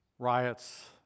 Riots